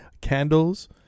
candles